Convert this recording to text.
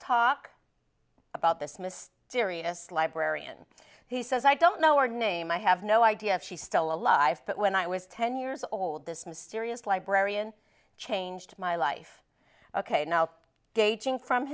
talk about this mysterious librarian he says i don't know our name i have no idea if she's still alive but when i was ten years old this mysterious librarian changed my life ok now gauging from